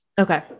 Okay